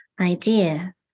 idea